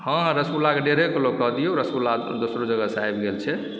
हँ रसगुल्लाके डेढ़े किलो कए दियौ रसगुल्ला दोसरो जगहसँ आबि गेल छै